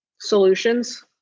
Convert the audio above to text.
solutions